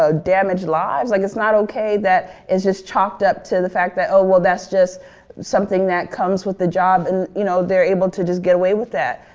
ah damage lives. like it's not okay that it's just chalked up to the fact that oh well that's just something that comes with the job and you know, they're able to just get away with that.